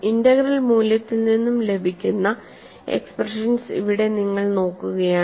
integral മൂല്യത്തിൽ നിന്നും ലഭിക്കുന്ന എക്സ്പ്രഷൻസ്ഇവിടെ നിങ്ങൾ നോക്കുകയാണ്